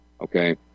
Okay